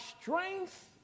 strength